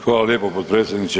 Hvala lijepo potpredsjedniče.